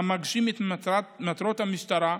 המגשים את מטרות המשטרה.